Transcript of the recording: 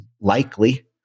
likely